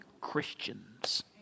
Christians